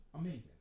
amazing